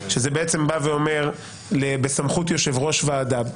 שייכנסו להצעת החוק של הוועדה.